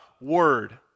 word